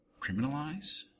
criminalize